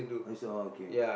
orh he's oh okay